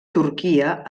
turquia